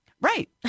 Right